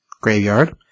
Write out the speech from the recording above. graveyard